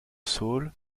saule